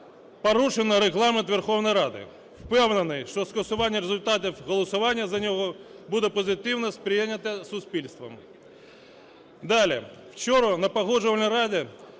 порушено Регламент Верховної Ради. Впевнений, що скасування результатів голосування за нього буде позитивно сприйнято суспільством.